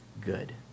good